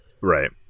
Right